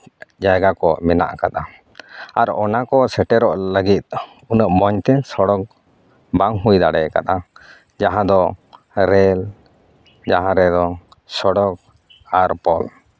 ᱡᱟᱭᱜᱟ ᱠᱚ ᱢᱮᱱᱟᱜ ᱟᱠᱟᱫᱟ ᱟᱨ ᱚᱱᱟ ᱠᱚ ᱥᱮᱴᱮᱨᱚᱜ ᱞᱟᱹᱜᱤᱫ ᱩᱟᱱᱹᱜ ᱢᱚᱡᱽ ᱛᱮ ᱥᱚᱲᱚᱠ ᱵᱟᱝ ᱦᱩᱭ ᱫᱟᱲᱮᱭᱟᱠᱟᱫᱟ ᱡᱟᱦᱟᱸ ᱫᱚ ᱨᱮᱹᱞ ᱡᱟᱦᱟᱸ ᱨᱮᱫᱚ ᱥᱚᱲᱚᱠ ᱟᱨ ᱯᱳᱞ